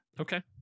Okay